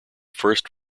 first